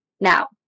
now